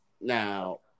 now